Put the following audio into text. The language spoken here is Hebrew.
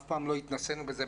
אף פעם לא התנסינו בזה,